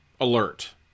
alert